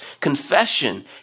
confession